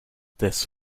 this